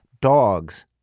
dogs